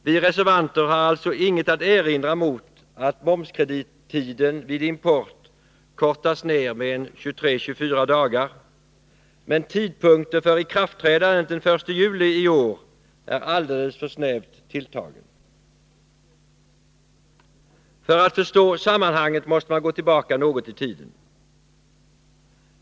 Vi reservanter har alltså inget att erinra emot att momskredittiden vid import kortas ner med 23-24 dagar. Men tiden fram till ikraftträdandet den 1 juli i år är alldeles för snävt tilltagen. För att förstå sammanhanget måste man gå tillbaka något i tiden.